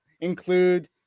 include